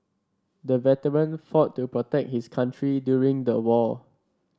the veteran fought to protect his country during the war